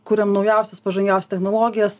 kuriam naujausias pažangiausias technologijas